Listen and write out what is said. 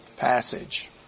passage